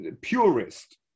purist